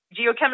geochemistry